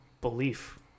belief